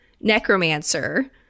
necromancer